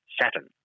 Saturn